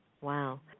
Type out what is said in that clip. Wow